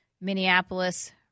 Minneapolis